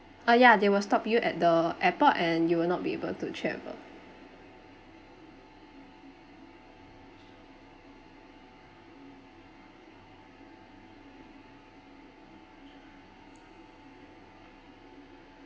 ah ya they will stop you at the airport and you will not be able to travel